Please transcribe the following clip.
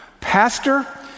pastor